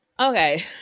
Okay